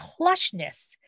plushness